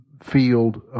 field